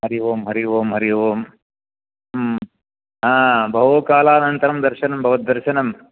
हरिः ओं हरिः ओं हरिः ओं आ बहुकालानन्तरं दर्शनं भवद्दर्शनं